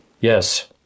yes